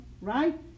right